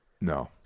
no